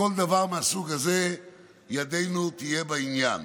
בכל דבר מהסוג הזה ידנו תהיה בעניין.